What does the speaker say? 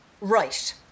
Right